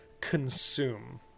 consume